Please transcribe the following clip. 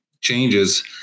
changes